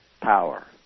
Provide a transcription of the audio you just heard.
power